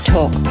Talk